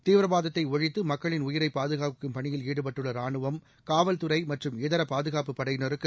தீவிரவாதத்தை ஒழித்து மக்களின் உயிரை பாதுகாக்கும் பணியில் ஈடுபட்டுள்ள இரானுவம் காவல்துறை மற்றும் இதர பாதுகாப்புப் படையினருக்கு